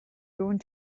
going